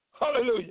Hallelujah